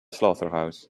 slaughterhouse